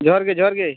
ᱡᱚᱦᱟᱨᱜᱮ ᱡᱚᱦᱟᱨᱜᱮ